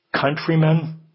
Countrymen